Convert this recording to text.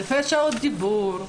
אלפי שעות דיבור,